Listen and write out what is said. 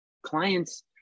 Clients